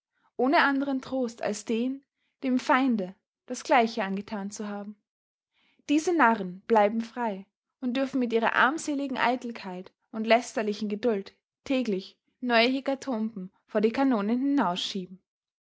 ohne anderen trost als den dem feinde das gleiche angetan zu haben diese narren bleiben frei und dürfen mit ihrer armseligen eitelkeit und lästerlichen geduld täglich neue hekatomben vor die kanonen hinausschieben